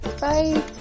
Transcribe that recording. Bye